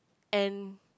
and